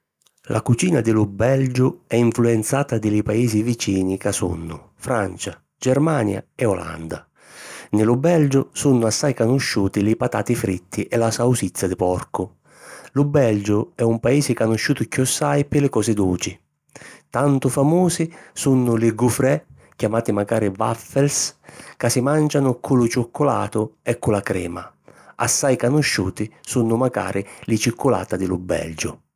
La cucina di lu Belgiu è influenzata di li paisi vicini ca sunnu Francia, Germania e Olanda. Nni lu Belgiu, sunnu assai canusciuti li patati fritti e la sausizza di porcu. Lu Belgiu, è un paisi canusciutu chiossai pi li cosi duci. Tantu famusi sunnu li Gaufres, chiamati macari Wafels, ca si màncianu cu lu cicculatu o cu la crema. Assai canusciuti sunnu macari li cicculata di lu Belgiu.